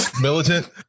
Militant